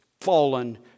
fallen